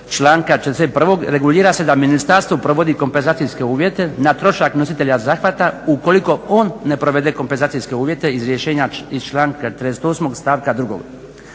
članka 41. regulira se da ministarstvo provodi kompenzacijske uvjete na trošak nositelja zahvata ukoliko on ne provede kompenzacijske uvjete iz rješenje iz članka 38. stavka 2.